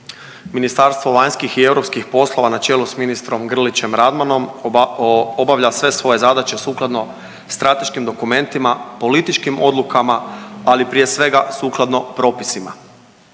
Ministarstvo vanjskih i europskih poslova na čelu s ministrom Grlićem Radmanom obavlja sve svoje zadaće sukladno strateškim dokumentima, političkim odlukama, ali prije svega sukladno propisima.